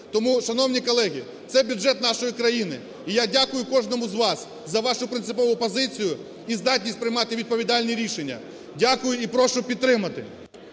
Тому, шановні колеги, це бюджет нашої країни. І я дякую кожному з вас за вашу принципову позицію і здатність приймати відповідальні рішення. Дякую і прошу підтримати.